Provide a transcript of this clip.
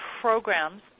programs